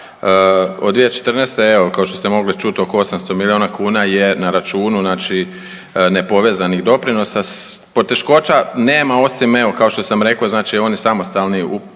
od 2104. evo kao što ste mogli čuti oko 800 milijuna kuna je na računu znači nepovezanih doprinosa. Poteškoća nema osim evo kao što sam rekao znači oni samostalni, što